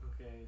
Okay